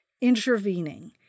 intervening